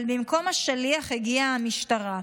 אבל במקום השליח, הגיעה המשטרה.